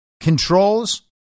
controls